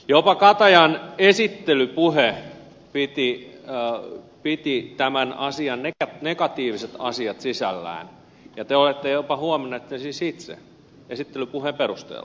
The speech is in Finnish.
jopa katajan esittelypuhe piti tämän asian negatiiviset asiat sisällään ja te olette jopa huomanneet sen siis itse esittelypuheen perusteella